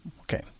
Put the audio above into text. okay